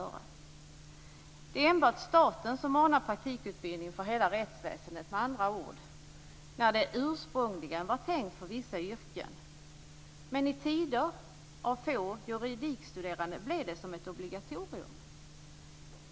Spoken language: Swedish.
Det är med andra ord enbart staten som ordnar praktikutbildning för hela rättsväsendet, när det ursprungligen var tänkt för vissa yrken. Men i tider av få juridikstuderande blir det som ett obligatorium.